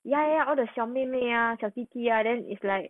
ya ya all the 小妹妹 ah 小弟弟 ah then it's like